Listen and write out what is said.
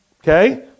okay